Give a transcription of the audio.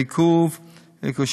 העיכוב קשור